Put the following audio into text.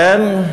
כן?